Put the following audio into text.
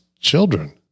children